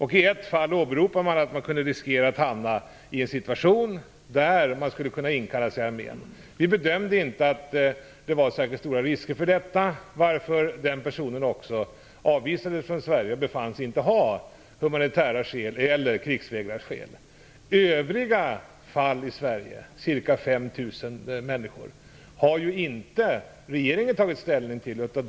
I ett fall åberopade man att man riskerade att inkallas i armén. Vi bedömde inte att det fanns särskilt stora risker för det, varför den personen också avvisades från Sverige. Personen i fråga befanns inte ha humanitära skäl eller krigsvägrarskäl. Övriga fall i Sverige - som rör ca 5 000 människor - har regeringen inte tagit ställning till.